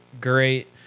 great